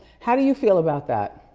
how do you feel about that?